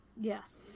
Yes